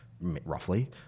roughly